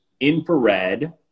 infrared